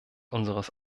unseres